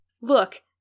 look